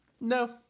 no